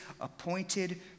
appointed